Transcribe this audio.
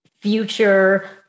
future